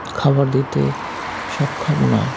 খাবার দিতে সক্ষম নয়